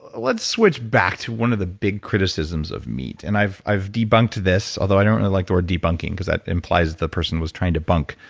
let's switch back to one of the big criticisms of meat. and i've i've debunked this although i don't really like the word debunking because that implies the person was trying to bunk.